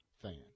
fan